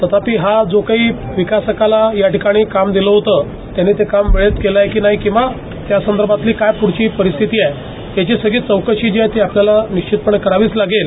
तथापी हा जो काही विकासकाला याठिकाणी काम दिलं होतं त्याने तो काम वेळेत केला आहे किंवा नाही किंवा त्यासंदर्भातील काय पुढची परिस्थिती आहे याची सगळी चौकशी जी आहे ती आपल्याला निश्चितपणे करावीच लागेल